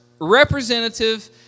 representative